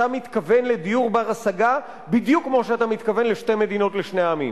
אתה מתכוון לדיור בר-השגה בדיוק כמו שאתה מתכוון לשתי מדינות לשני עמים.